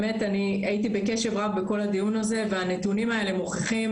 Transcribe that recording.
הייתי בקשב רב בכל הדיון הזה והנתונים האלה מוכיחים